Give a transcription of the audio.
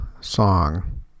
song